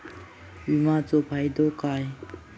विमाचो फायदो काय?